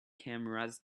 cameras